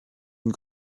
une